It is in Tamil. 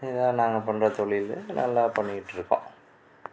இதான் நாங்கள் பண்ணுற தொழில் நல்லா பண்ணிகிட்யிருக்கோம்